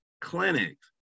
clinics